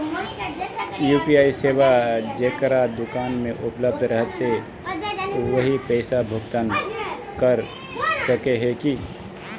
UPI सेवाएं जेकरा दुकान में उपलब्ध रहते वही पैसा भुगतान कर सके है की?